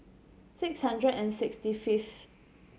six hundred and sixty fifth